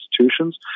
institutions